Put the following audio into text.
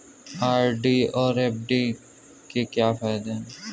RD और FD के क्या फायदे हैं?